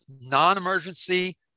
non-emergency